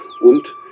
und